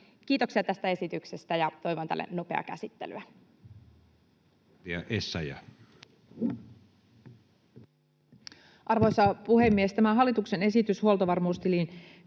Kiitoksia tästä esityksestä, toivon tälle nopeaa käsittelyä.